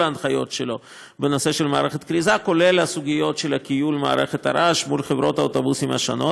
גם על מערכות כריזה באוטובוסים,